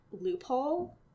loophole